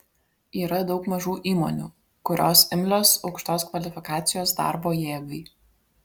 yra daug mažų įmonių kurios imlios aukštos kvalifikacijos darbo jėgai